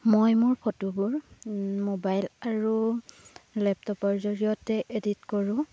মই মোৰ ফটোবোৰ মোবাইল আৰু লেপটপৰ জৰিয়তে এডিট কৰোঁ